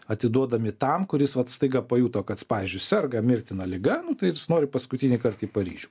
atiduodami tam kuris vat staiga pajuto kad pavyzdžiui serga mirtina liga nu tai jis nori paskutinį kart į paryžių